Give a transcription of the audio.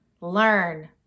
learn